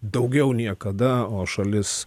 daugiau niekada o šalis